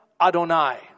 Adonai